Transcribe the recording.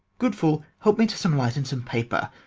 good fool, help me to some light and some paper.